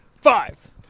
five